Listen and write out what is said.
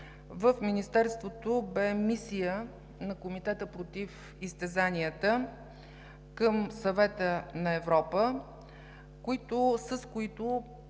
в Министерството бе мисия на Комитета против изтезанията към Съвета на Европейския